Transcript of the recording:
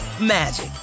magic